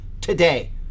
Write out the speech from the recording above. today